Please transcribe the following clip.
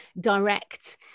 direct